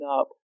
up